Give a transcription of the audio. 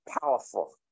powerful